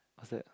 what's that